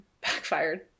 backfired